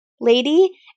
lady